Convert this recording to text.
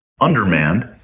undermanned